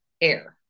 air